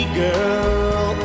girl